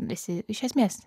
esi iš esmės